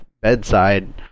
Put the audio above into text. bedside